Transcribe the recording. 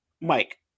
Mike